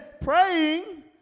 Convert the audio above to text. praying